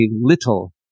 little